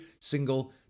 single